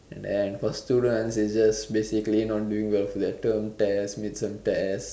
and then for students it's just basically not doing well for their term test mid-term test